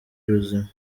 ruzima